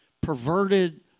perverted